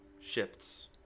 shifts